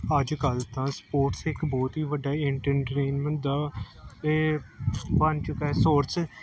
ਅੱਜ ਕੱਲ੍ਹ ਤਾਂ ਸਪੋਰਟਸ ਇੱਕ ਬਹੁਤ ਹੀ ਵੱਡਾ ਐਨਟਨਟੈਨਮੇਂਟ ਦਾ ਬਣ ਚੁੱਕਿਆ ਸੋਰਸ